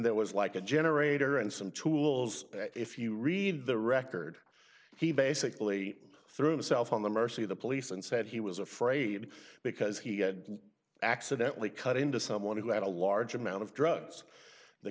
there was like a generator and some tools if you read the record he basically threw himself on the mercy of the police and said he was afraid because he had accidently cut into someone who had a large amount of drugs the